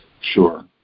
sure